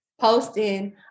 posting